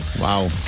Wow